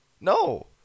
No